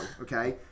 Okay